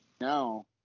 No